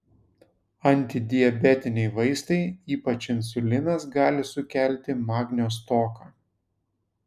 antidiabetiniai vaistai ypač insulinas gali sukelti magnio stoką